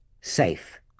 safe